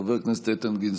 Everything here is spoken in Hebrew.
חבר הכנסת איתן גינזבורג.